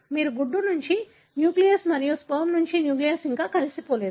మీరు గుడ్డు నుండి న్యూక్లియస్ మరియు స్పెర్మ్ నుండి న్యూక్లియస్ ఇంకా కలిసిపోలేదు